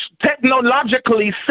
Technologically